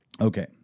Okay